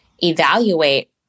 evaluate